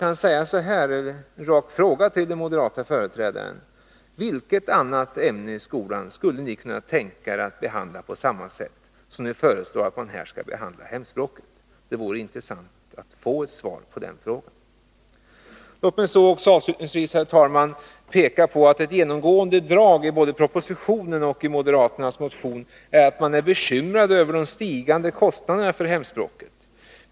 En rak fråga till moderaternas företrädare: Vilket annat ämne i skolan skulle ni kunna tänka er att behandla på samma sätt? Det vore intressant att få svar på den frågan. Låt mig, herr talman, avslutningsvis peka på att ett genomgående drag i både propositionen och moderaternas motion är att man är bekymrad över de stigande kostnaderna för hemspråksundervisnigen.